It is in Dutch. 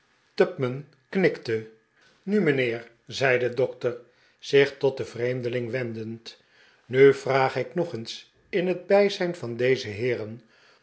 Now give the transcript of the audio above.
knikte nu mijnheer zei de dokter zich tot den vreemdeling wendend nu vraag ik nog eens in het bijijn van deze heeren